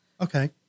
Okay